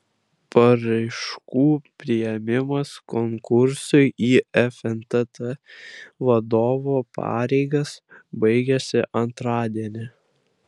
paraiškų priėmimas konkursui į fntt vadovo pareigas baigiasi antradienį